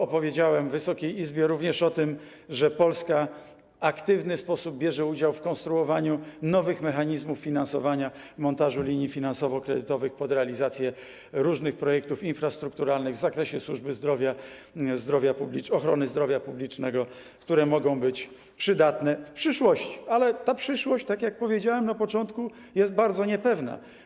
Opowiedziałem Wysokiej Izbie również o tym, że Polska w aktywny sposób bierze udział w konstruowaniu nowych mechanizmów finansowania i montażu linii finansowo-kredytowych pod realizację różnych projektów infrastrukturalnych w zakresie służby zdrowia, ochrony zdrowia publicznego, które mogą być przydatne w przyszłości, ale ta przyszłość, tak jak powiedziałem na początku, jest bardzo niepewna.